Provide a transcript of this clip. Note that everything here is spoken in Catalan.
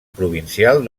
provincial